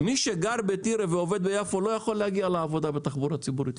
מי שגר בטירה ועובד ביפו לא יכול להגיע לעבודה בתחבורה ציבורית,